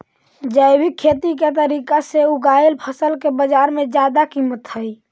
जैविक खेती के तरीका से उगाएल फसल के बाजार में जादा कीमत हई